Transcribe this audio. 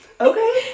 Okay